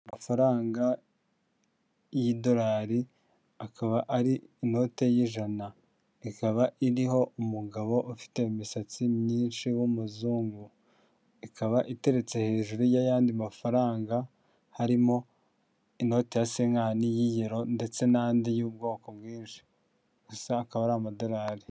Amafaranga y'idolari akaba ari inote y'ijana ikaba iriho umugabo ufite imisatsi myinshi w'umuzungu, ikaba iteretse hejuru y'ayandi mafaranga harimo inoti ya sekani y'iyero ndetse n'andi y'ubwoko bwinshi gusa akaba ari amadolari.